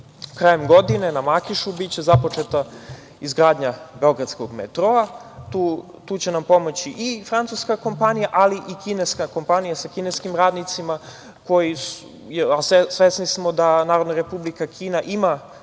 Krajem godine na Makišu biće započeta izgradnja beogradskog metroa. Tu će nam pomoći i francuska kompanija, ali i kineska kompanija sa kineskim radnicima. Svesni smo da Narodna Republika Kina ima,